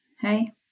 Hey